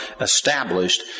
established